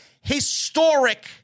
historic